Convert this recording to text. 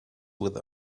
with